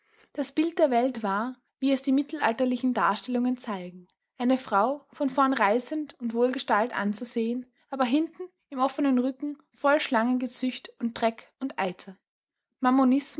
das bild der welt war wie es die mittelalterlichen darstellungen zeigen eine frau von vorn reizend und wohlgestalt anzusehen aber hinten im offenen rücken voll schlangengezücht und dreck und eiter